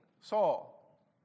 Saul